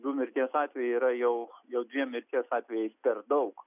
du mirties atvejai yra jau jau dviem mirties atvejais per daug